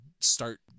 start